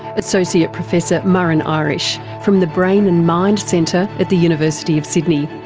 associate professor muireann irish from the brain and mind centre at the university of sydney.